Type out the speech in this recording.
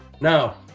Now